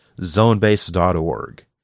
zonebase.org